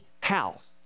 house